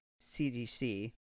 CDC